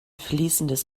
fließendes